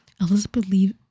elizabeth